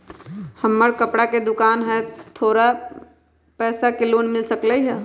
हमर कपड़ा के दुकान है हमरा थोड़ा पैसा के लोन मिल सकलई ह?